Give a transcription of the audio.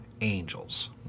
angels